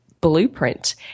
Blueprint